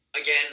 again